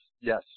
yes